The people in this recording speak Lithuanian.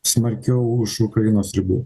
smarkiau už ukrainos ribų